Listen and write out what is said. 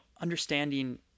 understanding